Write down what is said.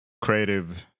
creative